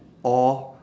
or